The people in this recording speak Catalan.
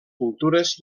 cultures